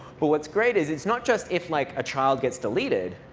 but what's great is it's not just if like a child gets deleted,